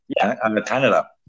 Canada